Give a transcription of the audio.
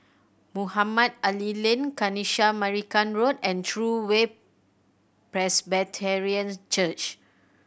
Mohamed Ali Lane Kanisha Marican Road and True Way Presbyterian Church